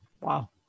Wow